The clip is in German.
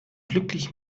glücklich